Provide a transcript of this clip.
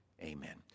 Amen